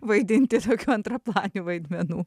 vaidinti tokių antraplanių vaidmenų